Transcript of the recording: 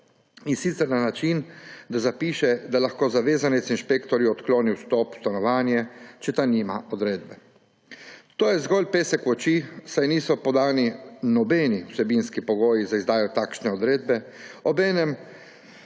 in sicer na način, da zapiše, da lahko zavezanec inšpektorju odkloni vstop v stanovanje, če ta nima odredbe. To je zgolj pesek v oči, saj niso podani nobeni vsebinski pogoji za izdajo takšne odredbe, obenem